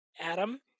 Adam